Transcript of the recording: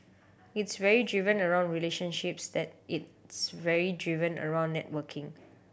it's very driven around relationships that it's very driven around networking